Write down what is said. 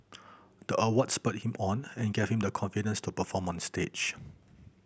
the award spurred him on and gave him the confidence to perform stage